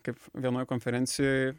kaip vienoj konferencijoj